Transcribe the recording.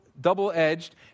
double-edged